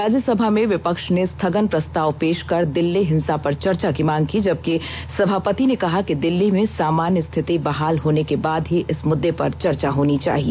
राज्यसभा में विपक्ष ने स्थगन प्रस्ताव पेश कर दिल्ली हिंसा पर चर्चा की मांग की जबकि सभापति ने कहा कि दिल्ली में सामान्य रिथति बहाल होने के बाद ही इस मुद्दे पर चर्चा होनी चाहिए